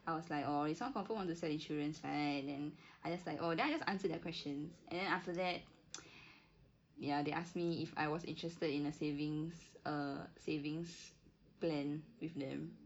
I was like oh this one confirm want to sell insurance right and then I just like oh then I just answered their questions and then after that ya they asked me if I was interested in a savings err savings plan with them